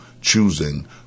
choosing